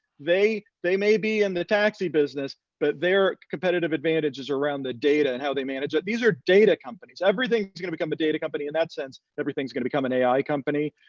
they they may be in the taxi business, but their competitive advantage is around the data and how they manage it. these are data companies. everything is gonna become a data company. in that sense, everything's gonna become an ai company.